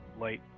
light